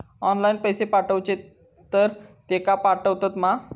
Online पैसे पाठवचे तर तेका पावतत मा?